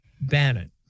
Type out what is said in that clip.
Bannon